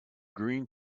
green